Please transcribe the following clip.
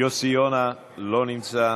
יוסי יונה, לא נמצא,